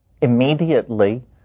Immediately